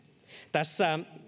tässä